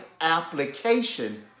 application